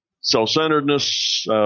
self-centeredness